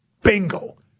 Bingo